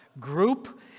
group